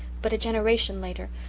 but a generation later,